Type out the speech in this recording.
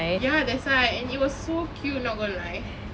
ya that's why and it was so cute not gonna lie